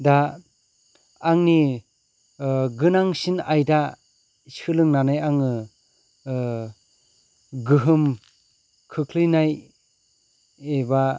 दा आंनि गोनांसिन आयदा सोलोंनानै आङो गोहोम खोख्लैनाय एबा